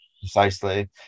Precisely